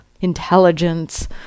intelligence